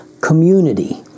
community